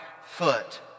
foot